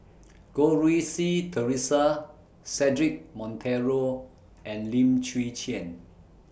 Goh Rui Si Theresa Cedric Monteiro and Lim Chwee Chian